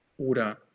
oder